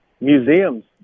Museums